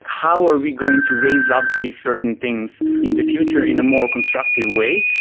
how are we going to raise up these certain things in the future in a more constructive way?